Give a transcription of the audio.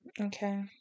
okay